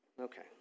Okay